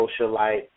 socialite